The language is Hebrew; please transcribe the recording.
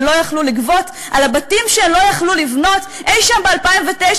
לא יכלו לגבות על הבתים שהם לא יכלו לבנות אי-שם ב-2009,